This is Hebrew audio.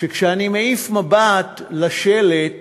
שכשאני מעיף מבט לשלט